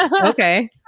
Okay